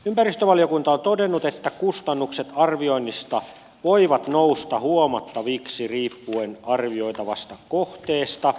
ympäristövaliokunta on todennut että kustannukset arvioinnista voivat nousta huomattaviksi riippuen arvioitavasta kohteesta